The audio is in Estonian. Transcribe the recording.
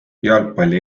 jalgpalli